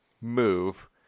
move